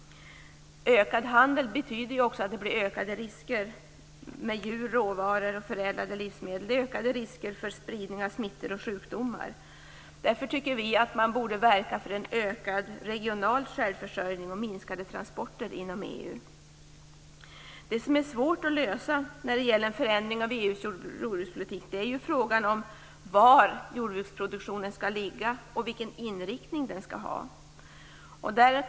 Ökad handel betyder också ökade risker vad gäller djur, råvaror och förädlade livsmedel. Det blir också ökade risker för spridning av smittor och sjukdomar. Därför tycker vi att man borde verka för en ökad regional självförsörjning och för minskade transporter inom EU. Det som är svårt att lösa när det gäller att åstadkomma en förändring av EU:s jordbrukspolitik är frågan om var jordbruksproduktionen skall ligga och vilken inriktning jordbruksproduktionen skall ha.